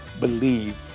believe